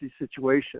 situation